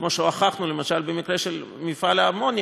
כמו שהוכחנו למשל במקרה של מכל האמוניה,